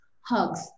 hugs